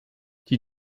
die